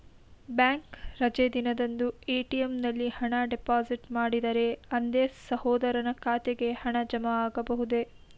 Bank ರಜೆ ದಿನದಂದು ATM ನಲ್ಲಿ ಹಣ ಡಿಪಾಸಿಟ್ ಮಾಡಿದರೆ ಅಂದೇ ಸಹೋದರನ ಖಾತೆಗೆ ಹಣ ಜಮಾ ಆಗಬಹುದೇ?